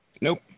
Nope